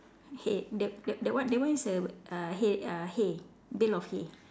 hay that that that one that one is a uh hay uh hay bale of hay